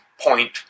point